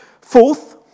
Fourth